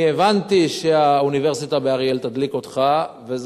אני הבנתי שהאוניברסיטה באריאל תדליק אותך.